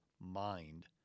mind